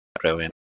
Brilliant